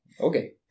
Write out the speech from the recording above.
Okay